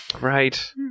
right